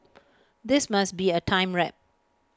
this must be A time warp